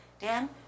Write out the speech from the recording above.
Dan